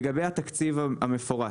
לגבי התקציב המפורט,